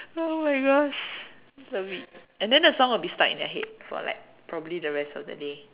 !oh-my-gosh! so be and then the song will be stuck in your head for like probably the rest of the day